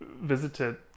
visited